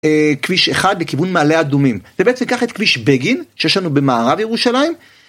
אה... כביש 1 לכיוון מעלה אדומים. זה בעצם, קח את כביש בגין, שיש לנו במערב ירושלים,